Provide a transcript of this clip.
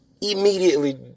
immediately